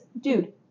Dude